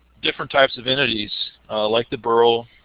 different types of entities like the borough,